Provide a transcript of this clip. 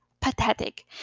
Pathetic